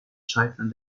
scheitern